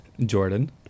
Jordan